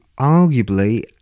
arguably